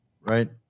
right